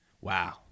wow